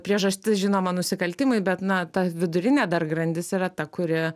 priežastis žinoma nusikaltimai bet na ta vidurinė dar grandis yra ta kuri